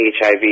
HIV